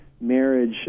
marriage